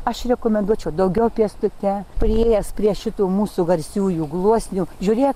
aš rekomenduočiau daugiau pėstute priėjęs prie šitų mūsų garsiųjų gluosnių žiūrėk